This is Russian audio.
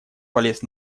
полез